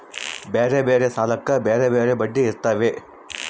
ಬ್ಯಾರೆ ಬ್ಯಾರೆ ಸಾಲಕ್ಕ ಬ್ಯಾರೆ ಬ್ಯಾರೆ ಬಡ್ಡಿ ಇರ್ತತೆ